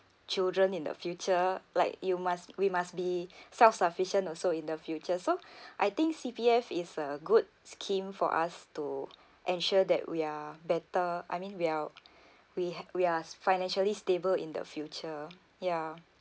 children in the future like you must we must be self sufficient also in the future so I think C_P_F is a good scheme for us to ensure that we are better I mean we are we we are financially stable in the future ya